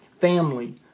family